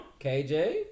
KJ